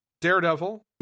daredevil